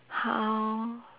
how